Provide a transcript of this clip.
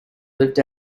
lived